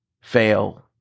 fail